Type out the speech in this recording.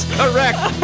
correct